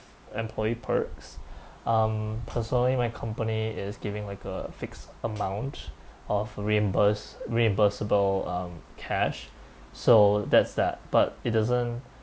employee perks um personally my company is giving like a fixed amount of reimburse reimbursable um cash so that's that but it doesn't